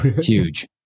Huge